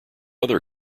other